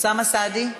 אוסאמה סעדי,